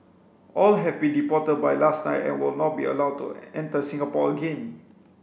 all have been deported by last night and will not be allowed to enter Singapore again